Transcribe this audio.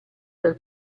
dal